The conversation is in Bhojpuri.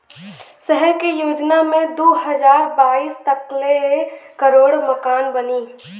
सहर के योजना मे दू हज़ार बाईस तक ले करोड़ मकान बनी